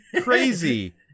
Crazy